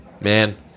Man